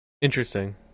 interesting